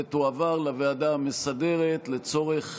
ותועבר לוועדה המסדרת לצורך